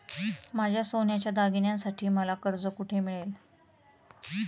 माझ्या सोन्याच्या दागिन्यांसाठी मला कर्ज कुठे मिळेल?